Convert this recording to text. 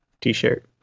t-shirt